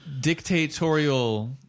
dictatorial